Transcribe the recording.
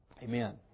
Amen